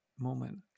moment